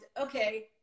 okay